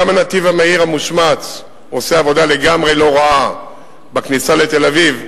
גם הנתיב המהיר המושמץ עושה עבודה לגמרי לא רעה בכניסה לתל-אביב,